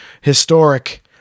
historic